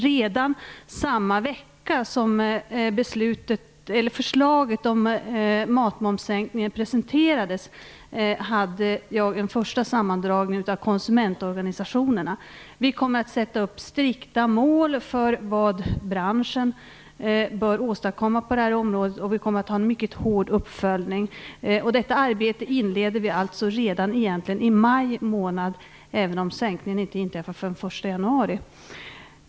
Redan samma vecka som förslaget om sänkningen av matmomsen presenterades hade jag en första sammandragning med konsumentorganisationerna. Vi kommer att sätta upp strikta mål för vad branschen bör åstadkomma på detta område, och vi kommer att ha en mycket hård uppföljning. Detta arbete inleder vi alltså egentligen redan i maj månad, trots att sänkningen inte inträffar förrän den 1 januari.